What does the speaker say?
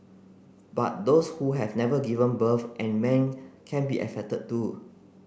but those who have never given birth and men can be affected too